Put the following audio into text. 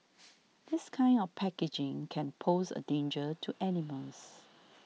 this kind of packaging can pose a danger to animals